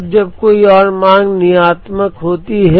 तो यह भी एक तुलनीय है और कुल लागत भी तुलनीय है